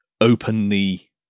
openly